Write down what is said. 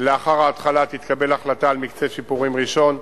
לאחר ההתחלה תתקבל החלטה על מקצה שיפורים ראשון,